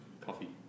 Coffee